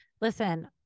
Listen